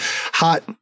hot